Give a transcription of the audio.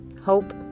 hope